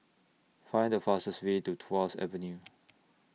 Find The fastest Way to Tuas Avenue